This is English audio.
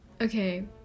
okay